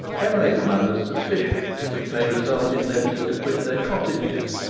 can lay them under suspicion, which may result in notice to quit their cottages,